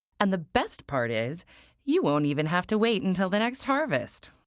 and the best part is you won't even have to wait until the next harvest.